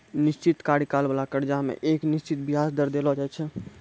निश्चित कार्यकाल बाला कर्जा मे एक निश्चित बियाज दर देलो जाय छै